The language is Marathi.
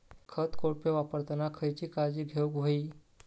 खत कोळपे वापरताना खयची काळजी घेऊक व्हयी?